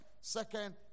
Second